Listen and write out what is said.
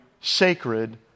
sacred